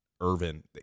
Irvin